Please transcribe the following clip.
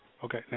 Okay